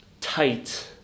tight